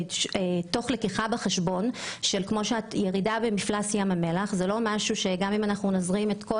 תוך התחשבות בכך שירידה במפלס ים המלח --- איני